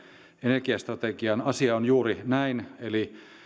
energiastrategian asia on juuri näin eli